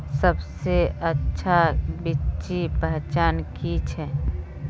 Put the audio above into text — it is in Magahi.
सबसे अच्छा बिच्ची पहचान की छे?